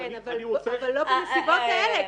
כן, אבל לא בנסיבות האלה.